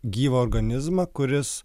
gyvą organizmą kuris